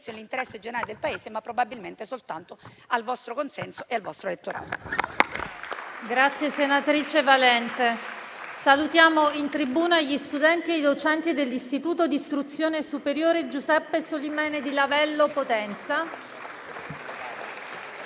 all'interesse generale del Paese, ma probabilmente soltanto al vostro consenso e al vostro elettorato.